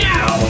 Now